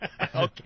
Okay